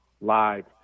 live